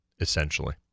essentially